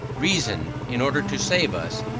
reason, in order to save us,